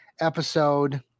episode